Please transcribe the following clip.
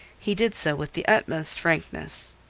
he did so with the utmost frankness.